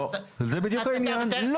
לא, וזה בדיוק העניין.